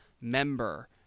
member